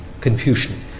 Confucian